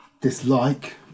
dislike